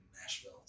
nashville